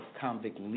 convict